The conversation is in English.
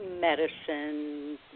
medicine